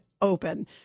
open